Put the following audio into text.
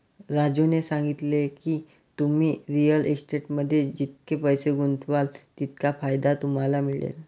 राजूने सांगितले की, तुम्ही रिअल इस्टेटमध्ये जितके पैसे गुंतवाल तितका फायदा तुम्हाला मिळेल